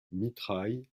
mitraille